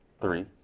three